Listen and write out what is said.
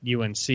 UNC